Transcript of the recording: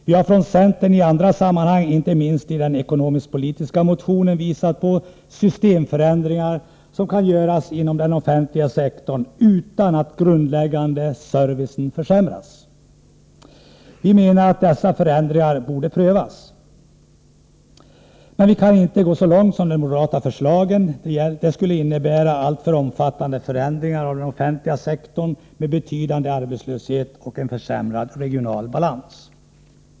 Vi har från centern i andra sammanhang, inte minst i den ekonomisk-politiska motionen, visat på systemförändringar som kan göras inom den offentliga sektorn utan att den grundläggande servicen försämras. Vi menar att dessa förändringar borde prövas. Men vi kan inte gå så långt som de moderata förslagen. De skulle innebära alltför omfattande förändringar av den offentliga sektorn med betydande arbetslöshet och en försämrad regional balans.